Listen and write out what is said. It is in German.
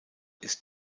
ist